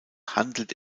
handelt